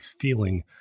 feeling